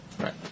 Right